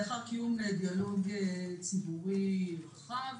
לאחר קיום דיאלוג ציבורי רחב,